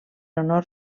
honor